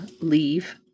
leave